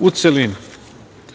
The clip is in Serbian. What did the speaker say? u celini.D